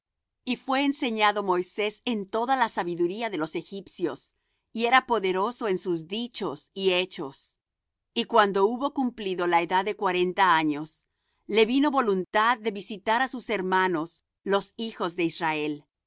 y fué enseñado moisés en toda la sabiduría de los egipcios y era poderoso en sus dichos y hechos y cuando hubo cumplido la edad de cuarenta años le vino voluntad de visitar á sus hermanos los hijos de israel